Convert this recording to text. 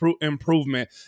improvement